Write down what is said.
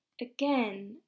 again